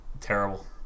Terrible